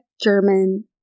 German